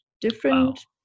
different